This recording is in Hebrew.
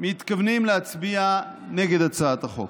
מתכוונים להצביע נגד הצעת החוק.